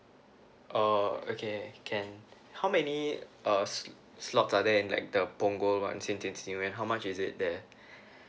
oh okay can how many uh sl~ slot are there like the punggol one how much is it there